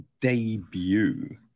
debut